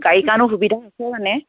গাড়ীৰ কাৰণেও সুবিধা আছে মানে